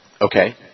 Okay